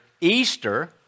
Easter